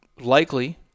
likely